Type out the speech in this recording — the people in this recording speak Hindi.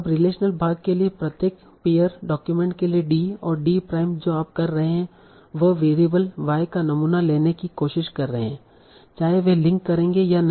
अब रिलेशनल भाग के लिए प्रत्येक पेअर डॉक्यूमेंट के लिए d और d प्राइम जो आप कर रहे हैं वह वेरिएबल y का नमूना लेने की कोशिश कर रहे हैं चाहे वे लिंक करेंगे या नहीं